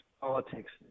politics